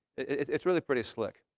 it's really pretty slick.